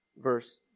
verse